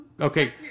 Okay